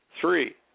Three